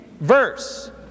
verse